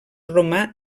romà